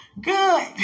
Good